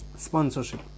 Sponsorship